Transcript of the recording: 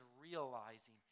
realizing